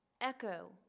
echo